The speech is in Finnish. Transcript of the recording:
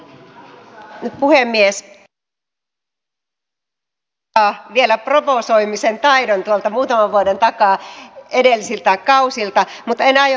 edustaja viitanen osaa vielä provosoimisen taidon tuolta muutaman vuoden takaa edellisiltä kausilta mutta en aio provosoitua